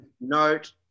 Note